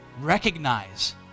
recognize